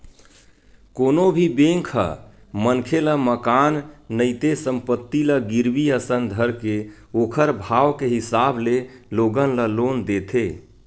कोनो भी बेंक ह मनखे ल मकान नइते संपत्ति ल गिरवी असन धरके ओखर भाव के हिसाब ले लोगन ल लोन देथे